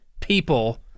people